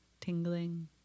tingling